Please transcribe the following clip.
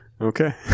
Okay